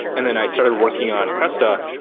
and then i started working on cresta,